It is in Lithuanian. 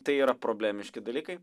tai yra problemiški dalykai